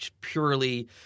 purely